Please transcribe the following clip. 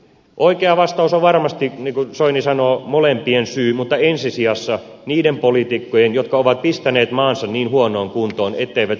oikea vastaus on varmasti niin kuin soini sanoo molempien syy mutta ensi sijassa niiden poliitikkojen jotka ovat pistäneet maansa niin huonoon kuntoon etteivät selviä enää itse